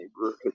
neighborhood